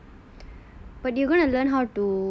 but you gonna learn how to